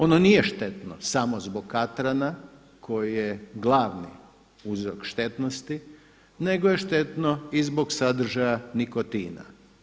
Oni nije štetno samo zbog katrana koji je glavni uzrok štetnosti, nego je štetno i zbog sadržaja nikotina.